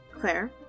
Claire